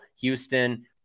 Houston